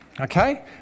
Okay